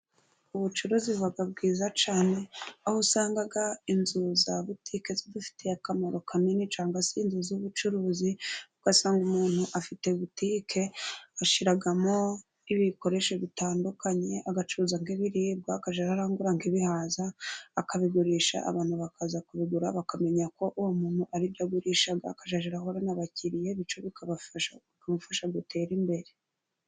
Ubucuruzi buba bwiza cyane. Aho usanga inzu za butike zidufitiye akamaro kanini cyane. Cyangwa se inzu z'ubucuruzi, kuko asanga umuntu afite butike, ashyiramo ibikoresho bitandukanye. Agacuruza nk'ibiribwa, akajya aranguzamo ibihaza, akabigurisha, abantu bakaza kubigura, bakamenya ko uwo muntu ari byo agurisha, akajya ahorana abakiriya b'icuruzwa. Bikamufasha gutera imbere.